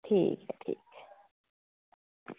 ठीक ऐ ठीक ऐ